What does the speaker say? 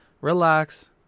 relax